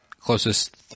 Closest